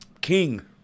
king